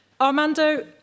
Armando